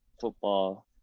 football